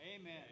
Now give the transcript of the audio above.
Amen